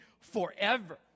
forever